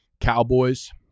Cowboys